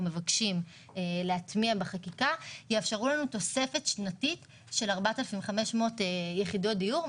מבקשים להטמיע בחקיקה יאפשרו לנו תוספת שנתית של 4,500 יחידות דיור,